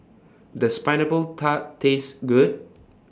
Does Pineapple Tart Taste Good